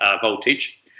voltage